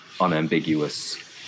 unambiguous